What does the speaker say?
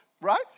right